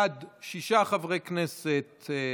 בעד, שישה חברי כנסת,